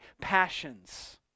passions